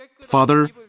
Father